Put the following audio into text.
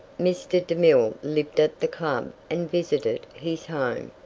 mr. demille lived at the club and visited his home.